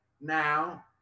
now